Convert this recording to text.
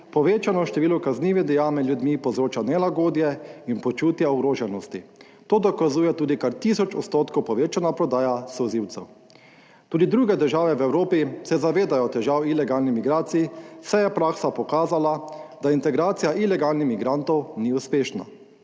povečano število kaznivih dejanj med ljudmi povzroča nelagodje in počutja ogroženosti. To dokazuje tudi kar tisoč odstotkov povečana prodaja solzivcev. Tudi druge države v Evropi se zavedajo težav ilegalnih migracij, saj je praksa pokazala, da integracija ilegalnih migrantov ni uspešna,